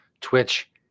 Twitch